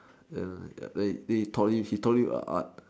then ya then he then he taught him he taught him a art